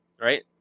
right